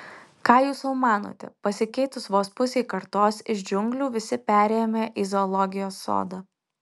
ką jūs sau manote pasikeitus vos pusei kartos iš džiunglių visi perėjome į zoologijos sodą